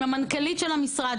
עם מנכ"לית המשרד,